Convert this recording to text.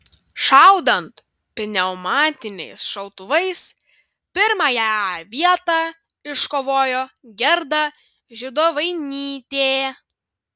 šaudant pneumatiniais šautuvais pirmąją vietą iškovojo gerda židovainytė